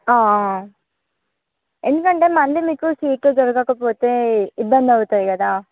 ఎందుకంటే మళ్ళీ మీకు సీట్లు దొరకకపోతే ఇబ్బంది అవుతుంది కదా